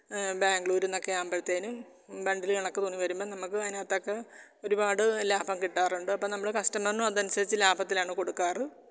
ബാംഗ്ലൂർ നിന്നൊക്കെ ആവുമ്പോഴത്തേക്കും ബണ്ടിൽ കണക്ക് തുണി വരുമ്പം നമുക്ക് അതിനാത്തൊക്കെ ഒരുപാട് ലാഭം കിട്ടാറുണ്ട് അപ്പം നമ്മൾ കസ്റ്റമറിനും അതനുസരിച്ച് ലാഭത്തിലാണ് കൊടുക്കാറുള്ളത്